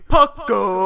Pucko